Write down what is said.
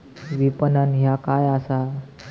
विपणन ह्या काय असा?